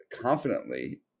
confidently